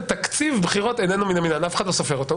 תקציב בחירות אינו מן המניין ואף אחד לא סופר אותו.